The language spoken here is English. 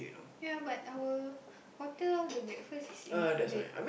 ya but our hotel the breakfast is included